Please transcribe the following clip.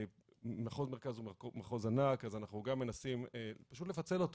מחוז מרכז הוא מחוז ענק אז אנחנו מנסים לפצל אותו